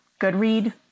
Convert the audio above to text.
Goodread